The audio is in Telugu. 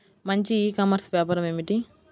మంచి ఈ కామర్స్ వ్యాపారం ఏమిటీ?